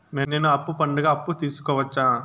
నేను పండుగ అప్పు తీసుకోవచ్చా?